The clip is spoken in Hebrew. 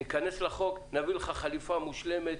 ניכנס לחוק ו"נתפור" לך חליפה מושלמת,